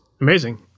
amazing